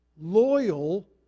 loyal